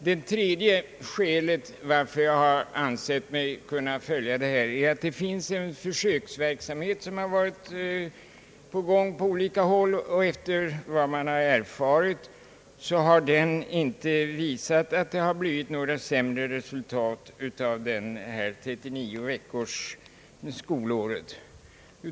Det tredje skälet till att jag anser mig kunna följa förslaget om 39 veckors skolår är den försöksverksamhet som varit i gång på olika håll och efter vad man har erfarit inte har kunnat påvisa att det blivit sämre resultat därmed.